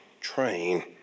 train